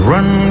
Run